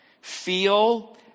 feel